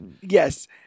Yes